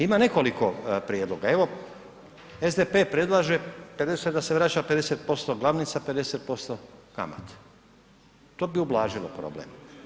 Ima nekoliko prijedloga, evo SDP predlaže … da se vraća 50% glavnice, 50% kamate, to bi ublažilo problem.